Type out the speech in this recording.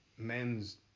Men's